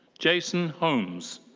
jason holmes.